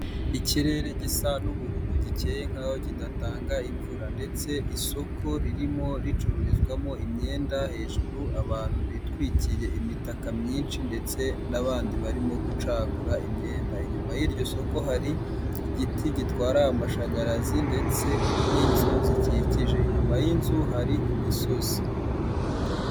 Ikirere gisa n'ubururu gikeye nkaho'aho kidatanga imvura ndetse isoko ririmo ricururizwamo imyenda hejuru abantu bitwikiye imitaka myinshi ndetse n'abandi barimo gucagura imyenda inyuma y'iryo soko hari igiti gitwara amashanyarazi ndetse n'inzu zikikije inyuma y'inzu hari imisozi.